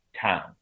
town